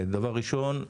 דבר ראשון,